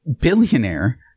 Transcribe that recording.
billionaire